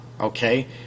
okay